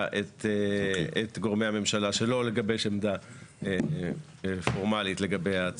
את גורמי הממשלה שלא לגבש עמדה פורמלית לגבי ההצעה.